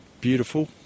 beautiful